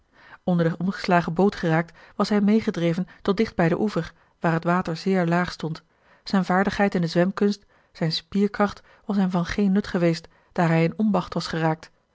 onder de omgeslagen boot geraakt was hij meêgedreven tot dicht bij den oever waar het water zeer laag stond zijne vaardigheid in de zwemkunst zijne spierkracht was hem van geen nut geweest daar hij in onmacht was geraakt